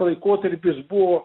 laikotarpis buvo